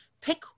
pick